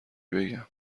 بگم